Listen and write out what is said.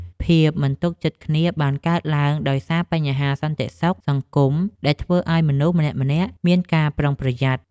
ភាពមិនទុកចិត្តគ្នាបានកើតឡើងដោយសារបញ្ហាសន្តិសុខសង្គមដែលធ្វើឱ្យមនុស្សម្នាក់ៗមានការប្រុងប្រយ័ត្ន។